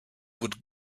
would